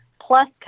plus